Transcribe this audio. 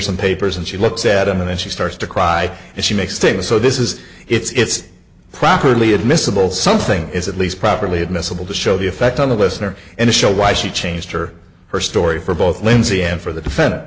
some papers and she looks at them and then she starts to cry and she makes things so this is it's properly admissible something is at least properly admissible to show the effect on the listener and show why she changed her her story for both lindsey and for the defendant